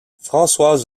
françoise